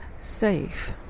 Safe